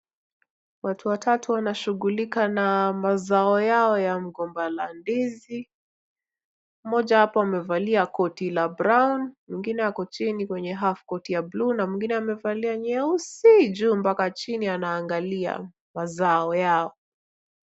Watu watatu wanashughulika na mazao yao ya mgomba la ndizi. Mmoja apo amevalia koti la brown , mwingine ako chini mwenye hafkot ya bluu, na mwingine amevalia nyeusi juu mpaka chini, anaangalia mazao yao.